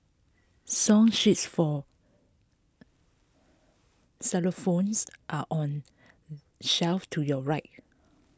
song sheets for xylophones are on shelf to your right